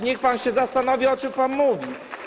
Niech pan się zastanowi, o czym pan mówi.